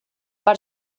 per